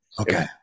Okay